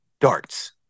Darts